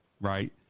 Right